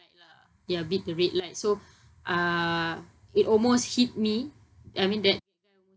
lah ya beat the red light so uh it almost hit me I mean that